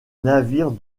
navire